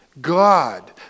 God